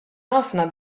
ħafna